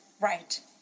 right